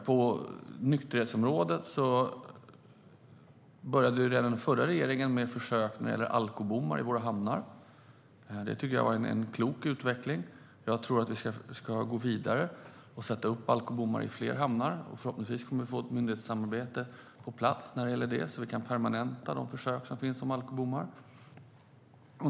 På nykterhetsområdet började redan den förra regeringen med försök med alkobommar i våra hamnar. Det tycker jag var en klok utveckling, och jag tror att vi ska gå vidare och sätta upp alkobommar i fler hamnar. Förhoppningsvis kommer vi att få ett myndighetssamarbete på plats när det gäller detta, så att vi kan permanenta de försök med alkobommar som finns.